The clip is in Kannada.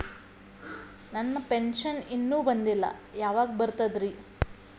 ನನ್ನ ಪೆನ್ಶನ್ ಇನ್ನೂ ಬಂದಿಲ್ಲ ಯಾವಾಗ ಬರ್ತದ್ರಿ?